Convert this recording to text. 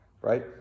right